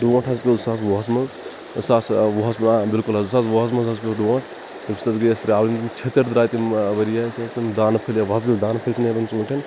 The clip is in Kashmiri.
ڈوٹھ حظ پیٚو زٕ ساس وُہَس منٛز زٕ ساس وُہَس منٛز بِلکُل حظ زٕ ساس وُہَس منٛز حظ پیٚو ڈوٹھ تمہِ سۭتۍ حظ گٔے اتھ پرابلِم چھِتٕر درایہِ تمہِ ؤرۍ یہِ ژونٛٹھؠن دانہٕ پھٔلۍ تِم وَزٕلۍ دانہٕ پھٔلۍ ہی نیران ژونٛٹھؠن